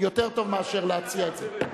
יותר טוב מאשר להציע את זה.